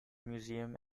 museum